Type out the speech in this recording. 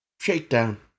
Shakedown